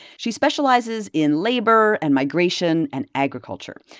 she specializes in labor and migration and agriculture.